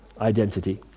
identity